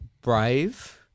brave